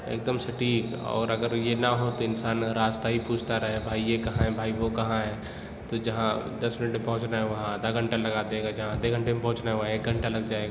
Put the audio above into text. ایک دم سٹیک اور اگر یہ نہ ہو تو انسان راستہ ہی پوچھتا رہے بھائی یہ کہاں ہے بھائی وہ کہاں ہے تو جہاں دس منٹ میں پہنچنا ہے وہاں آدھا گھنٹہ لگا دے گا جہاں آدھے گھنٹے میں پہنچنا ہے وہاں ایک گھنٹہ لگ جائے گا